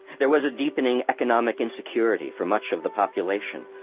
there was a deepening economic insecurity for much of the population,